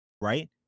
right